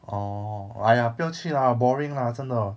orh !aiya! 不要去 lah boring lah 真的